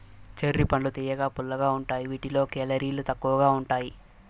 cherry పండ్లు తియ్యగా, పుల్లగా ఉంటాయి వీటిలో కేలరీలు తక్కువగా ఉంటాయి